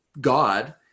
God